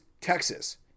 Texas